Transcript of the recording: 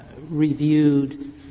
reviewed